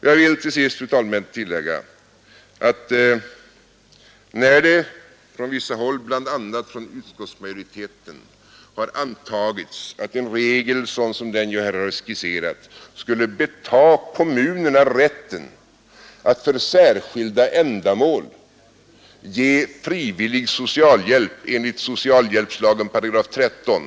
Jag vill till sist, fru talman, tillägga att när det från vissa håll — bl.a. Nr 139 från utskottsmajoriteten — har antagits att en sådan regel som den jag här Tisdagen den skisserat skulle frånta kommunerna rätten att för särskilda ändamål ge 12 december 1972 frivillig socialhjälp enligt socialhjälpslagens 13 §, är det fel.